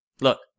Look